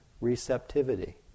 receptivity